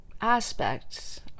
aspects